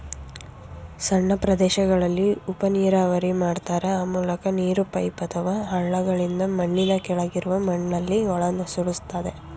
ಸಣ್ಣ ಪ್ರದೇಶಗಳಲ್ಲಿ ಉಪನೀರಾವರಿ ಮಾಡ್ತಾರೆ ಆ ಮೂಲಕ ನೀರು ಪೈಪ್ ಅಥವಾ ಹಳ್ಳಗಳಿಂದ ಮಣ್ಣಿನ ಕೆಳಗಿರುವ ಮಣ್ಣಲ್ಲಿ ಒಳನುಸುಳ್ತದೆ